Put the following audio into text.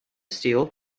steel